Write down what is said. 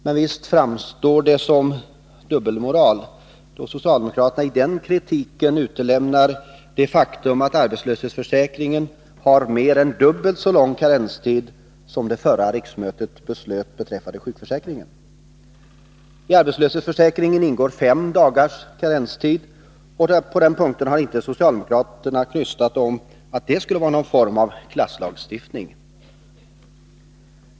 Men visst framstår detta som dubbelmoral, eftersom socialdemokraterna i den kritiken utelämnar det faktum att arbetslöshetsförsäkringen har mer än dubbelt så lång karenstid som det förra riksmötet beslöt beträffande sjukförsäkringen. I arbetslöshetsförsäkringen ingår fem dagars karenstid, och på den punkten har inte någon socialdemokrat knystat om att detta skulle vara någon form av klasslagstiftning.